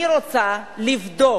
אני רוצה לבדוק.